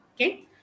Okay